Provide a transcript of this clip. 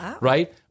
Right